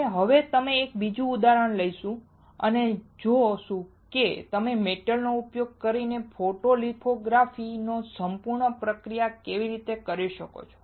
અને હવે અમે એક બીજું ઉદાહરણ લઈશું અને અમે જોશું કે તમે મેટલનો ઉપયોગ કરીને ફોટોલિથગ્રાફી ની સંપૂર્ણ પ્રક્રિયા કેવી રીતે કરી શકો છો